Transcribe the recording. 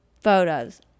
photos